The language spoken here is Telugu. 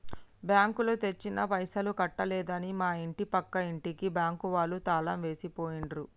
బ్యాంకులో తెచ్చిన పైసలు కట్టలేదని మా ఇంటి పక్కల ఇంటికి బ్యాంకు వాళ్ళు తాళం వేసి పోయిండ్రు